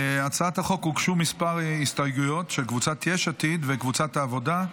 להצעת החוק הוגשו כמה הסתייגויות של קבוצת יש עתיד וקבוצת העבודה.